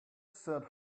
said